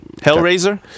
Hellraiser